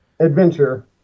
Adventure